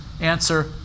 Answer